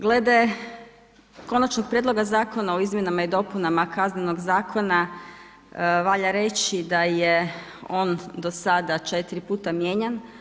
Glede Konačnog prijedloga zakona o izmjenama i dopunama Kaznenog zakona valja reći da je on do sada 4 puta mijenjan.